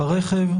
עד